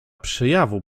przejawu